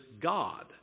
god